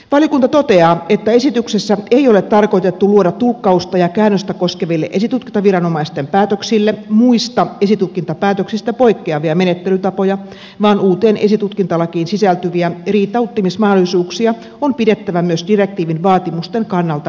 valiokunta toteaa että esityksessä ei ole tarkoitettu luoda tulkkausta ja käännöstä koskeville esitutkintaviranomaisten päätöksille muista esitutkintapäätöksistä poikkeavia menettelytapoja vaan uuteen esitutkintalakiin sisältyviä riitauttamismahdollisuuksia on pidettävä myös direktiivin vaatimusten kannalta riittävinä